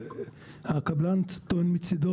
הקבלן טוען מצדו,